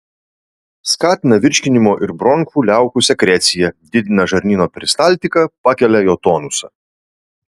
skatina virškinimo ir bronchų liaukų sekreciją didina žarnyno peristaltiką pakelia jo tonusą